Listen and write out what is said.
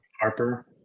Harper